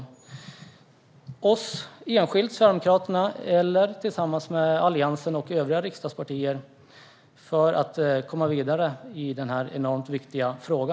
Det kan gälla samtal enskilt med Sverigedemokraterna eller tillsammans med Alliansen och övriga riksdagspartier för att komma vidare i denna enormt viktiga fråga.